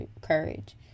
courage